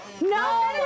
No